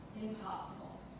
impossible